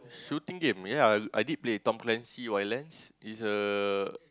shooting game ya I did play Tom-Clancy wildlands is a